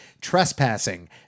trespassing